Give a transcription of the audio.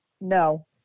no